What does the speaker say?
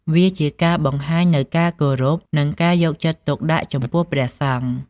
វាជាការបង្ហាញនូវការគោរព និងការយកចិត្តទុកដាក់ចំពោះព្រះសង្ឃ។